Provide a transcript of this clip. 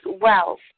wealth